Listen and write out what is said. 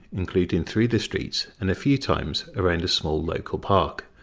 including through the streets and a few times around a small local park.